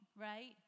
right